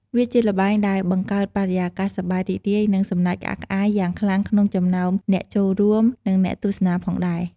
វាជាល្បែងដែលបង្កើតបរិយាកាស សប្បាយរីករាយ និងសំណើចក្អាកក្អាយយ៉ាងខ្លាំងក្នុងចំណោមអ្នកចូលរួម និងអ្នកទស្សនាផងដែរ។